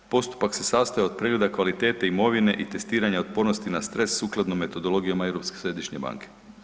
Postupak se sastojao od pregleda kvalitete imovine i testiranja otpornosti na stres sukladno metodologijama Europske središnje banke.